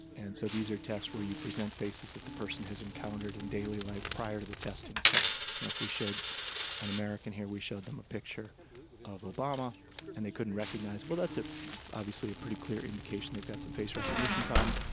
and so these are tests where you present faces that the person has encountered in daily life prior to the testing. so if we showed an american here, we showed them a picture of obama and they couldn't recognise him, well, that's ah obviously a pretty clear indication they've got some face recognition problems.